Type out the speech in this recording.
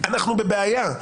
אנחנו בבעיה,